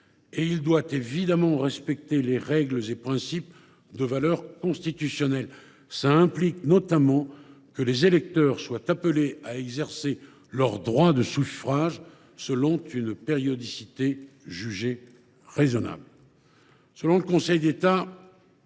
: il doit évidemment respecter les règles et principes de valeur constitutionnelle. Cela implique notamment que les électeurs soient appelés à exercer leur droit de suffrage selon une périodicité jugée raisonnable.